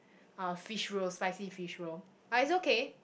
uh fish roll spicy fish roll but it's okay